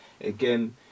again